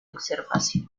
observación